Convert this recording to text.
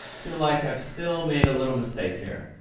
feels like i've still made a little mistake here.